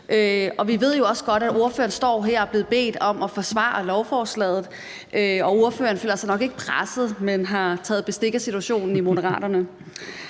Vi ved jo også godt, at ordføreren står her og er blevet bedt om at forsvare lovforslaget, og ordføreren føler sig nok ikke presset, men har taget bestik af situationen i Moderaterne.